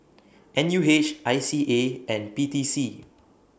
N U H I C A and P T C